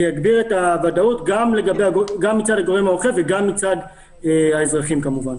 זה יגביר את הוודאות גם מצד הגורם האוכף וגם מצד האזרחים כמובן.